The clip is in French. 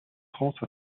france